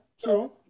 true